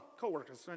co-workers